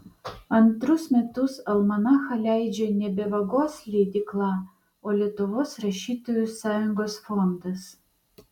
antrus metus almanachą leidžia nebe vagos leidykla o lietuvos rašytojų sąjungos fondas